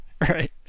Right